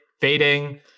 fading